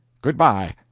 good-by.